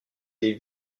des